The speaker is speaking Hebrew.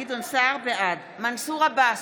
בעד מנסור עבאס,